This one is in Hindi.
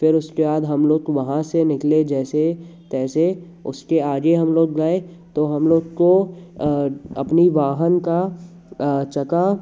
फिर उसके वाद हम लोग वहाँ से निकले जैसे तैसे उसके आगे हम लोग गएँ तो हम लोग को अपनी वाहन का चका